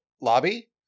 lobby